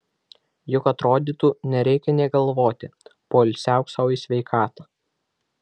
juk atrodytų nereikia nė galvoti poilsiauk sau į sveikatą